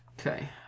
Okay